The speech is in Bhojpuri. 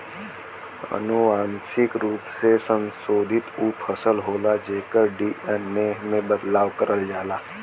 अनुवांशिक रूप से संशोधित उ फसल होला जेकर डी.एन.ए में बदलाव करल जाला